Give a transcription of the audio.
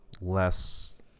less